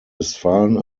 westfalen